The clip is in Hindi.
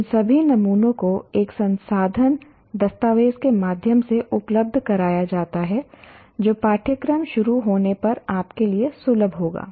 इन सभी नमूनों को एक संसाधन दस्तावेज के माध्यम से उपलब्ध कराया जाता है जो पाठ्यक्रम शुरू होने पर आपके लिए सुलभ होगा